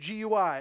gui